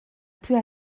plus